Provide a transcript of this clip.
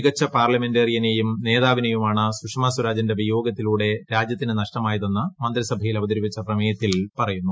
മികച്ച പാർലമെന്റെറിയനെയും നേതാവിനെയുമാണ് സുഷമ സ്വരാജിന്റെ വിയോഗത്തിലൂടെ രാജ്യത്തിന് നഷ്ടമായതെന്ന് മന്ത്രിസഭയിൽ അവതരിപ്പിച്ച പ്രമേയത്തിൽ പറയുന്നു